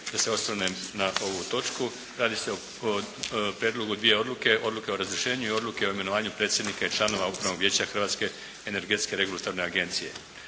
da se osvrnem na ovu točku. Radi se o prijedlogu dvije odluke, odluke o razrješenju i odluke o imenovanju predsjednika i članova Upravnog vijeća Hrvatske energetske regulatorne agencije.